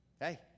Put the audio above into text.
Hey